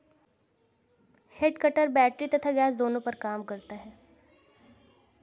head cutter battery तथा gas दोनों पर काम करता है